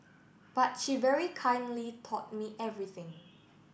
but she very kindly taught me everything